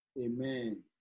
Amen